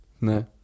no